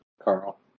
Carl